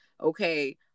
okay